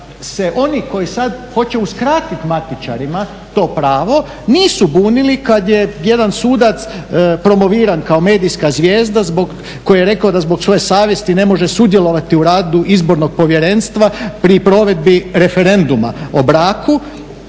oni koji sada hoće uskratiti matičarima to pravo nisu bunili kad je jedan sudac promoviran kao medijska zvijezda koji je rekao da zbog svoje savjesti ne može sudjelovati u radu izbornog povjerenstva pri provedbi referenduma o braku,